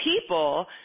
people